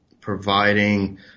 providing